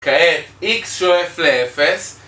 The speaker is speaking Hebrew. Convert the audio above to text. כעת איקס שואף לאפס